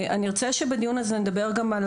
אני ארצה שבדיון הזה נדבר גם על